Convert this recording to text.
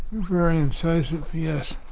very incisive. yes